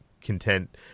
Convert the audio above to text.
content